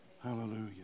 Hallelujah